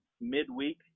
midweek